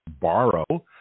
borrow